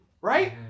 Right